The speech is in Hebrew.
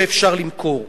שאפשר למכור.